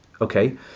Okay